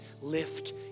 lift